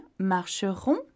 marcheront